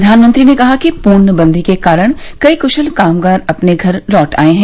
प्रधानमंत्री ने कहा कि पूर्णबंदी के कारण कई कुशल कामगार अपने घर लौट आए हैं